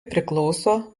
priklauso